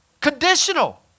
conditional